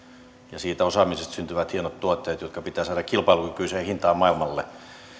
ja siitä osaamisesta syntyvät hienot tuotteet jotka pitää saada kilpailukykyiseen hintaan maailmalle